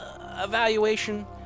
evaluation